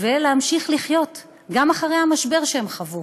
ולהמשיך לחיות גם אחרי המשבר שהן חוו,